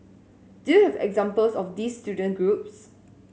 do you have examples of these student groups